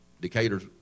Decatur's